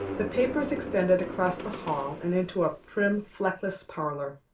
the papers extended across the hall and into a prim, fleckless parlor.